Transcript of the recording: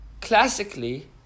classically